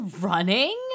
running